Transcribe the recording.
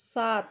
सात